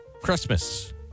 Christmas